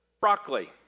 Broccoli